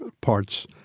parts